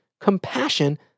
compassion